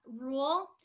rule